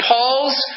Paul's